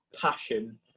passion